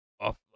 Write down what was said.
off